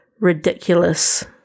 ridiculous